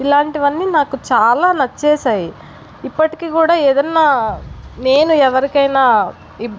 ఇలాంటివన్నీ నాకు చాలా నచ్చేసాయి ఇప్పటికీ కూడా ఏదన్నా నేను ఎవరికైనా ఇబ్బ